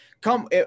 come